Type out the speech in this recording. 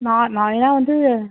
நான் வந்து